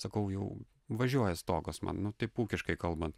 sakau jau važiuoja stogas man nu taip ūkiškai kalbant